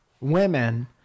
women